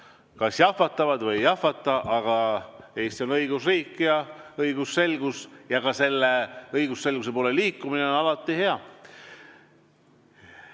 kas jahvatavad või ei jahvata, aga Eesti on õigusriik ning õigusselgus ja ka selle õigusselguse poole liikumine on alati hea.